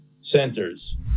centers